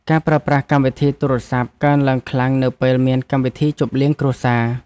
ការប្រើប្រាស់កម្មវិធីទូរសព្ទ កើនឡើងខ្លាំងនៅពេលមានពិធីជប់លៀងគ្រួសារ។